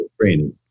Training